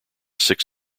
six